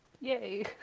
Yay